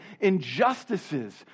injustices